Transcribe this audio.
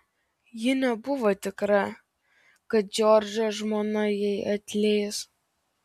ji nebuvo tikra kad džordžo žmona jai atleis